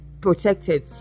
protected